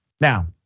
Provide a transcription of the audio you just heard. Now